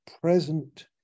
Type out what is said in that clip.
present